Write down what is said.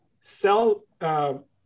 sell